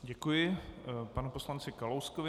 Děkuji panu poslanci Kalouskovi.